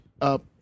up